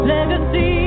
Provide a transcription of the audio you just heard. Legacy